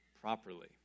properly